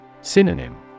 Synonym